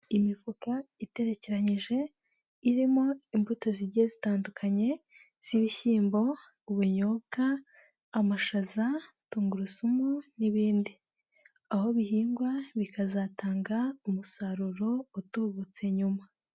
Imifuka iterekeranyije irimo imbuto zigiye zitandukanye, z'ibishyimbo, ubunyobwa, amashaza, tungurusumu n'ibindi, aho bihingwa bikazatanga umusaruro utubutse nyuma.